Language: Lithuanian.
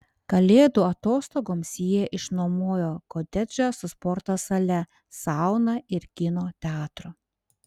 kalėdų atostogoms jie išsinuomojo kotedžą su sporto sale sauna ir kino teatru